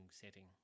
setting